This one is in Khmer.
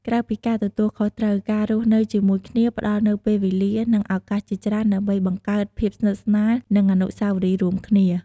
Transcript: ក្រៅពីការទទួលខុសត្រូវ ការរស់នៅជាមួយគ្នាផ្ដល់នូវពេលវេលា និងឱកាសជាច្រើនដើម្បីបង្កើត ភាពស្និទ្ធស្នាល និង អនុស្សាវរីយ៍រួមគ្នា។